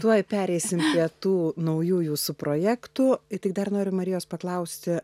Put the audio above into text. tuoj pereisime prie tų naujų jūsų projektų tik dar noriu marijos paklausti